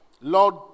Lord